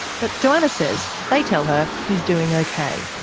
but johanna says they tell her he's doing okay.